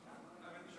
אני לא